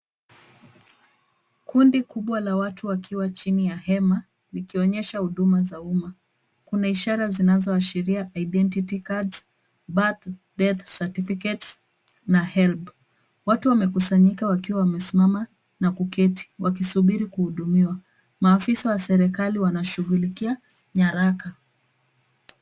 Kundi kubwa la watu wakiwa chini ya hema likionyesha huduma za umma. Kuna ishara zinazoashiria idendtity cards, birth-death certificates na helb . Watu wamekusanyika wakiwa wamesimama na kuketi wakisubiri kuhudumiwa, maafisa wa serikali wanashughulikia nyaraka.